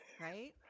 Right